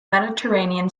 mediterranean